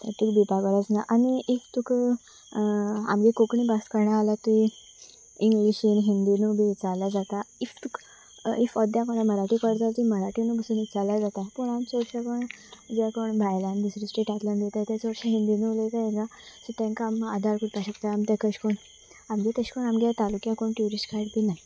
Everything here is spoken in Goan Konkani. तुका भिवपा गरज ना आनी इफ तुका आमची कोंकणी भास कळना जाल्यार तूं इंग्लिशीन हिंदीनूय बी विचारल्या जाता इफ तुका इफ अद्या कोण मराठी कळटा जाल्यार ती मराठीन बसून विचारल्या जाता पूण आमी चडशे कोण जे कोण भायल्यान दुसरे स्टेटींतल्यान येतात ते चडशे हिंदीन उलयताय हांगा सो तांकां आमकां आदार करपाक शकता आमी ताका अशें करून आमच्या तशें करून आमच्या तालुक्याक कोण ट्युरिस्ट गायड बीन ना